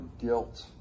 guilt